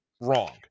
wrong